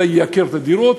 אלא ייקר את הדירות,